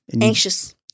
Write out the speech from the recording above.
Anxious